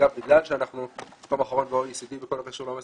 בגלל שאנחנו במקום אחרון ב-OECD בכל מה שקשור לעומס